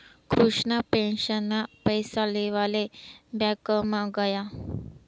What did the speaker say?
कृष्णा पेंशनना पैसा लेवाले ब्यांकमा गया